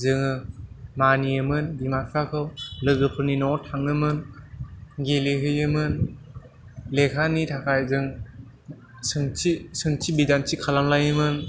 जोङो मानियोमोन बिमा बिफाखौ लोगोफोरनि न'आव थाङोमोन गेलेहैयोमोन लेखानि थाखाय जों सोंथि सोंथि बिदान्थि खालामलायोमोन